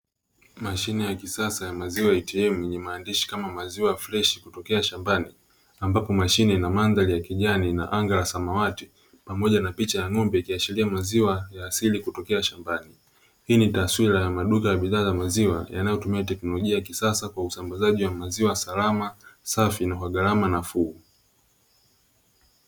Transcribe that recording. Mashine ya kisasa ya maziwa "ATM" yenye maandishi kama maziwa freshi kutokea shambani, ambapo mashine ina mandhari ya kijani na anga la samawati pamoja na picha ya ng'ombe ikiashiria maziwa ya asili kutokea shambani. Hii ni taswira ya maduka ya bidhaa za maziwa yanayotumia teknolojia ya kisasa kwa usambazaji wa maziwa salama, safi na kwa gharama nafuu.